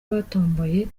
batomboye